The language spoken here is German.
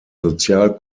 sozial